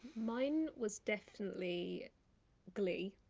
mine was definitely glee.